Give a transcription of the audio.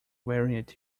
wearing